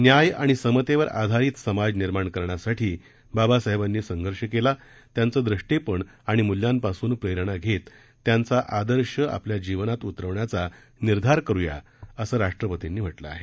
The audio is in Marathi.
न्याय आणि समतेवर आधारीत समाज निर्माण करण्यासाठी बाबासाहेबांनी संघर्ष केला त्यांचं द्रषेपण आणि मूल्यांपासून प्रेरणा घेत त्यांचा आदर्श आपल्या जीवनात उतरवण्याचा निर्धार करुया असं राष्ट्रपतींनी म्हटलं आहे